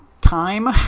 time